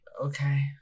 okay